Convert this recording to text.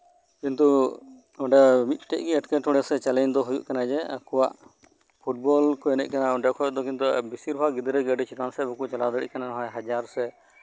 ᱠᱤᱱᱛᱩ ᱚᱸᱰᱮ ᱢᱤᱫᱴᱮᱡ ᱜᱮ ᱮᱴᱠᱮᱴᱚᱬᱮ ᱥᱮ ᱪᱮᱞᱮᱧᱡ ᱫᱚ ᱦᱩᱭᱩᱜ ᱠᱟᱱᱟ ᱡᱮ ᱟᱠᱚᱣᱟᱜ ᱯᱷᱩᱴᱵᱚᱞ ᱠᱚ ᱮᱱᱮᱡ ᱠᱟᱱᱟ ᱚᱸᱰᱮ ᱠᱷᱚᱡ ᱫᱚ ᱵᱤᱥᱤᱨ ᱵᱷᱟᱜᱽ ᱜᱤᱫᱽᱨᱟᱹ ᱜᱮ ᱟᱹᱰᱤ ᱪᱮᱛᱟᱱ ᱥᱮᱡ ᱵᱟᱠᱩ ᱪᱟᱞᱟᱣ ᱫᱟᱲᱤᱜ ᱠᱟᱱᱟ ᱱᱚᱜᱼᱚᱭ ᱦᱟᱡᱟᱨ ᱥᱮ